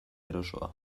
erosoa